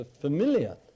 familiar